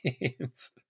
games